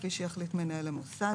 כפי שיחליט מנהל המוסד.